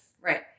Right